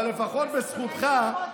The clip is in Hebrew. אבל לפחות בזכותך,